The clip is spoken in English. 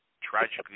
Tragically